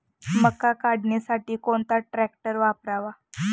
मका काढणीसाठी कोणता ट्रॅक्टर वापरावा?